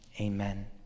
amen